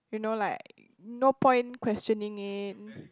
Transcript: you know like no point questioning it